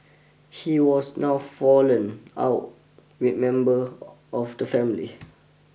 he was now fallen out remember of the family